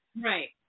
Right